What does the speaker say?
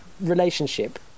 relationship